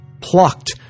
plucked